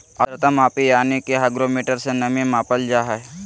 आद्रता मापी यानी कि हाइग्रोमीटर से नमी मापल जा हय